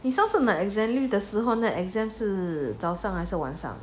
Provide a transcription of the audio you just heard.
你上次拿 exam leave 的时候呢 exam 是早上还是晚上